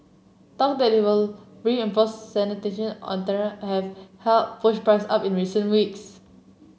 talk that he will reimpose sanction on Tehran have helped push price up in recent weeks